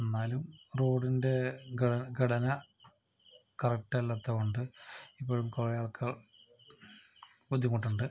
എന്നാലും റോഡിൻ്റെ ഘട ഘടന കറക്റ്റ് അല്ലാത്തതു കൊണ്ട് ഇപ്പോഴും കുറേ ആൾക്കാർ ബുദ്ധിമുട്ടുന്നുണ്ട്